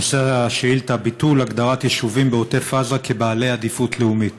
נושא השאילתה: ביטול הגדרת יישובים בעוטף עזה כבעלי עדיפות לאומית.